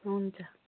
हुन्छ